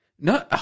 No